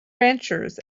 ranchers